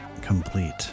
complete